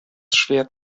schwer